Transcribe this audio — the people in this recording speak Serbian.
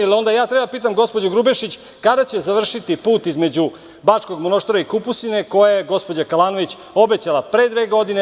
Jel onda ja treba da pitam gospođu Grubješić kada će završiti put između Bačkog Monoštora i Kupusine koji je gospođa Kalanović obećala pre dve godine.